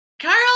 Carl